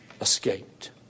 escaped